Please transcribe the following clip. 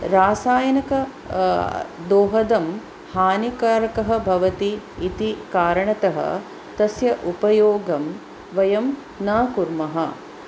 रासायनिक दोहदं हानिकारकः भवति इति कारणतः तस्य उपयोगं वयं न कुर्मः